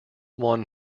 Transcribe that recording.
won